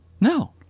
No